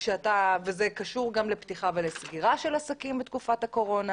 זה קשור גם לפתיחה ולסגירה של עסקים בתקופת קורונה,